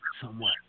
somewhat